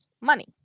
money